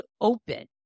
open